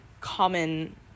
common